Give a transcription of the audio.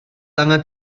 angen